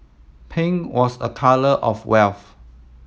pink was a colour of wealth